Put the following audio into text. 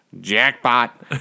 jackpot